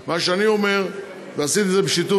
מה שהיא אומרת זה שפקידי ממשלה,